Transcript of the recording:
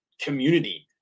community